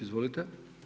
Izvolite.